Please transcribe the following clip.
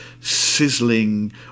sizzling